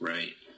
Right